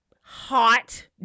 hot